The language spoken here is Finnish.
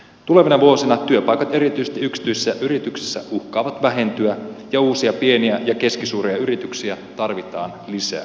tulevina vuosina työpaikat erityisesti yksityisissä yrityksissä uhkaavat vähentyä ja uusia pieniä ja keskisuuria yrityksiä tarvitaan lisää